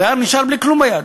הדייר נשאר בלי כלום ביד.